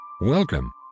Welcome